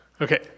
Okay